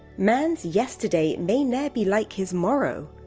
man! s yesterday may ne! er be like his morrow